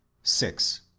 six.